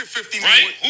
Right